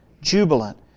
jubilant